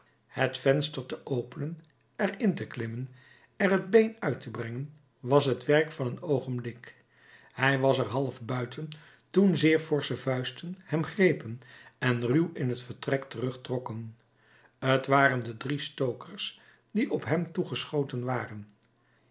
het venster te openen er in te klimmen er het been uit te brengen was het werk van een oogenblik hij was er half buiten toen zeer forsche vuisten hem grepen en ruw in het vertrek terug trokken t waren de drie stokers die op hem toegeschoten waren